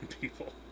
people